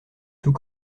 tout